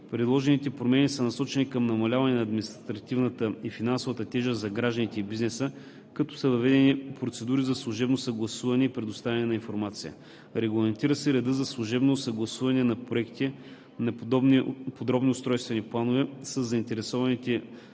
Предложените промени са насочени към намаляване на административната и финансовата тежест за гражданите и бизнеса, като са въведени процедури за служебно съгласуване и предоставяне на информация. Регламентира се редът за служебно съгласуване на проектите на подробни устройствени планове със заинтересованите централни